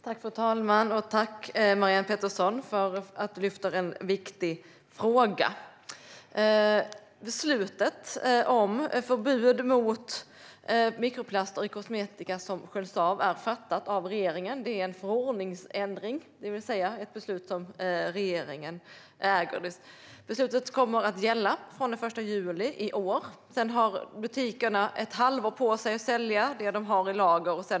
Fru talman! Tack, Marianne Pettersson, för en viktig fråga! Beslutet om förbud mot mikroplaster i kosmetika som sköljs av är fattat av regeringen. Det är en förordningsändring, det vill säga ett beslut som regeringen äger. Beslutet kommer att gälla från den 1 juli i år. Sedan har butikerna ett halvår på sig att sälja ut det som de har i lager.